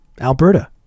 Alberta